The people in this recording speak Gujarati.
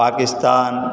પાકિસ્તાન